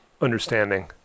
understanding